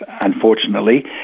unfortunately